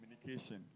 communication